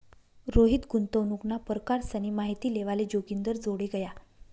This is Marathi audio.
रोहित गुंतवणूकना परकारसनी माहिती लेवाले जोगिंदरजोडे गया